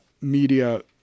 media